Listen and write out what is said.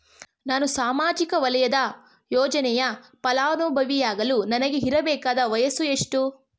ನಾನು ಸಾಮಾಜಿಕ ವಲಯದ ಯೋಜನೆಯ ಫಲಾನುಭವಿಯಾಗಲು ನನಗೆ ಇರಬೇಕಾದ ವಯಸ್ಸುಎಷ್ಟು?